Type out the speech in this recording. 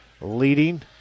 leading